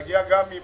נגיע גם עם